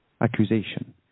accusation